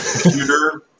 computer